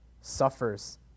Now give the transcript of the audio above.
suffers